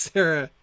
Sarah